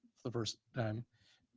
the first time.